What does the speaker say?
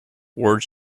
words